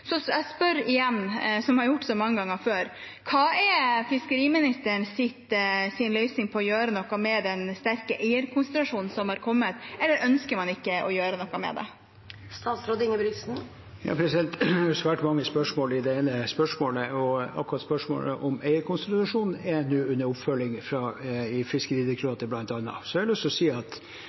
så mange ganger før: Hva er fiskeriministerens løsning for å gjøre noe med den sterke eierkonsentrasjonen som har kommet? Eller ønsker man ikke å gjøre noe med det? Det er svært mange spørsmål i det ene spørsmålet. Akkurat spørsmålet om eierkonsentrasjon er nå under oppfølging i Fiskeridirektoratet, bl.a. Så har jeg lyst til å si at